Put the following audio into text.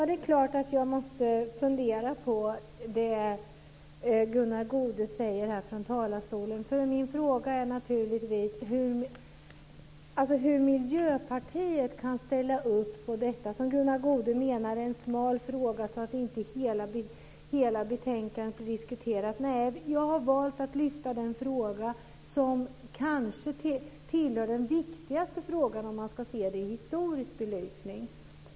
Fru talman! Jag måste fundera på det Gunnar Goude säger från talarstolen. Hur kan Miljöpartiet ställa upp på det som Gunnar Goude menar är en smal fråga, dvs. hela betänkandet diskuteras inte? Jag har valt att lyfta fram den viktigaste frågan i historisk belysning.